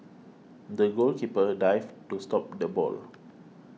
the goalkeeper dived to stop the ball